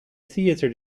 theater